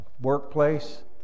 workplace